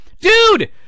Dude